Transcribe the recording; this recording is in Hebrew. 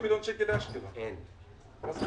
שתושבי רמת